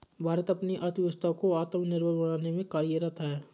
भारत अपनी अर्थव्यवस्था को आत्मनिर्भर बनाने में कार्यरत है